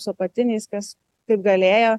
su apatiniais kas kaip galėjo